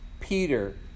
Peter